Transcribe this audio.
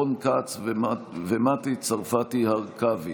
רון כץ ומטי צרפתי הרכבי.